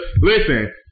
Listen